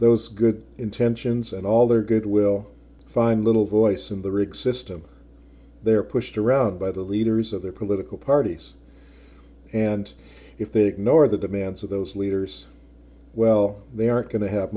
those good intentions and all their good will find little voice in the rig system they're pushed around by the leaders of their political parties and if they ignore the demands of those leaders well they aren't going to have